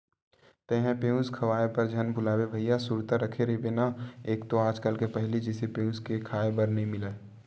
तेंहा पेयूस खवाए बर झन भुलाबे भइया सुरता रखे रहिबे ना एक तो आज कल पहिली जइसे पेयूस क खांय बर नइ मिलय